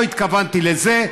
לא התכוונתי לזה,